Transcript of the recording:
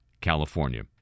California